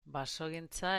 basogintza